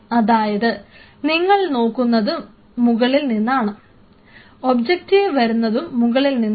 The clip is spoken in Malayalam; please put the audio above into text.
അതായത് നിങ്ങൾ നോക്കുന്നതും മുകളിൽ നിന്നാണ് ഒബ്ജക്റ്റീവ് വരുന്നതും മുകളിൽ നിന്നാണ്